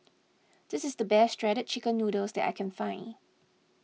this is the best Shredded Chicken Noodles that I can find